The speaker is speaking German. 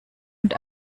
und